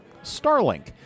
Starlink